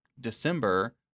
December